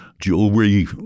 Jewelry